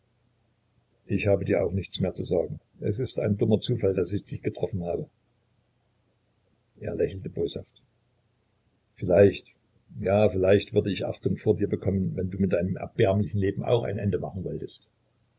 ich habe dir auch nichts mehr zu sagen es ist ein dummer zufall daß ich dich getroffen habe er lächelte boshaft vielleicht ja vielleicht würd ich achtung vor dir bekommen wenn du mit deinem erbärmlichen leben auch ein ende machen wolltest